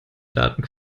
daten